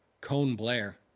Cone-Blair